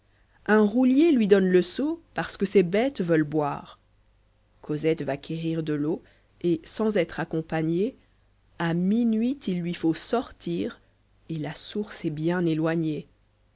histoire unroulier lui donne le seau parce que ses bêtes veulent boire cosette va quérir de l'eau et sans être accompagnée a minuit il lui faut sortir et la source est bien éloignée